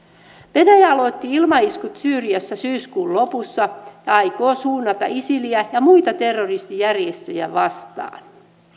venäjä aloitti ilmaiskut syyriassa syyskuun lopussa ja aikoo suunnata isiliä ja muita terroristijärjestöjä vastaan